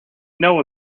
know